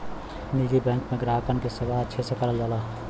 निजी बैंक में ग्राहकन क सेवा अच्छे से करल जाला